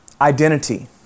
identity